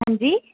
हंजी